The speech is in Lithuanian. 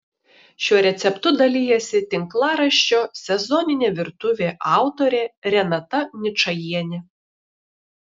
šiuo receptu dalijasi tinklaraščio sezoninė virtuvė autorė renata ničajienė